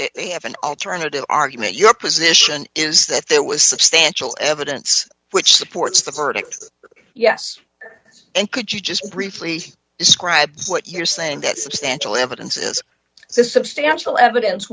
they have an alternative argument your position is that there was substantial evidence which supports the verdict yes and could you just briefly describe what you're saying that substantial evidence is so substantial evidence